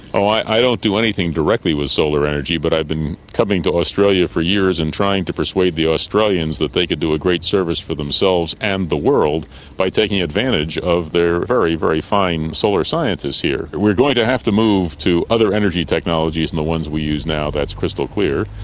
i don't do anything directly with solar energy but i've been coming to australia for years and trying to persuade the australians that they could do a great service for themselves and the world by taking advantage of their very, very fine solar scientists here. we are going to have to move to other energy technologies than and the ones we use now, that's crystal clear.